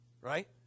Right